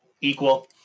equal